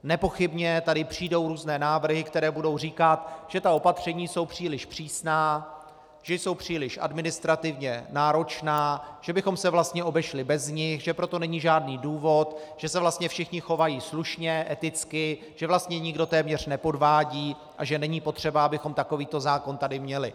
Nepochybně přijdou různé návrhy, které budou říkat, že opatření jsou příliš přísná, že jsou příliš administrativně náročná, že bychom se vlastně obešli bez nich, že pro to není žádný důvod, že se vlastně všichni chovají slušně, eticky, že vlastně nikdo téměř nepodvádí a že není potřeba, abychom takovýto zákon tady měli.